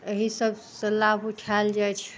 अही सबसँ लाभ उठाओल जाइ छै